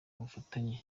ubufatanye